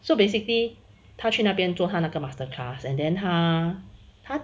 so basically 他去那边做那他个 master class and then 他他